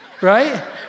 right